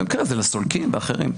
לסולקים ואחרים.